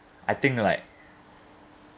I think like